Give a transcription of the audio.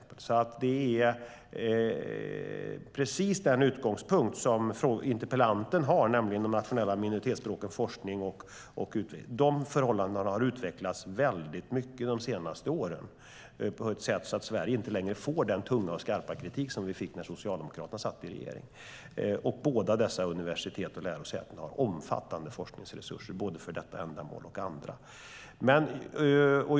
Precis det som interpellanten tar upp, nämligen de nationella minoritetsspråken och forskning och utbildning, har utvecklats väldigt mycket de senaste åren, på ett sådant sätt att Sverige inte längre får den tunga och skarpa kritik som vi fick när Socialdemokraterna satt i regering. Båda dessa universitet har omfattande forskningsresurser både för detta ändamål och för andra.